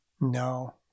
no